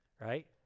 right